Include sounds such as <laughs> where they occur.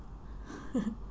<laughs>